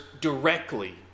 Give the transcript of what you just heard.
directly